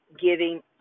giving